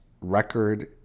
record